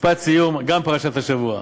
משפט סיום, גם פרשת השבוע.